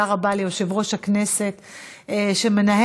תודה